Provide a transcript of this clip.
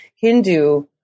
Hindu